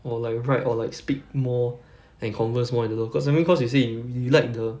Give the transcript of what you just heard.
or like write or like speak more and converse more and don't know cause I mean cause you say y~ you like the